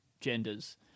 genders